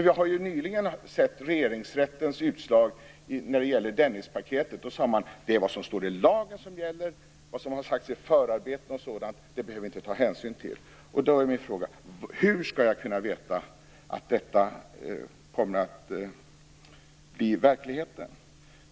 Vi har ju nyligen sett Regeringsrättens utslag om Dennispaketet. Då sade man att det är vad som står i lagen som gäller. Vad som har sagts i förarbeten etc. behöver vi inte ta hänsyn till. Min fråga blir då: Hur skall jag kunna veta att detta kommer att bli verklighet?